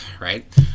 right